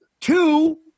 Two